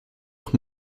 auch